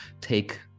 take